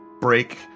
break